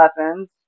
weapons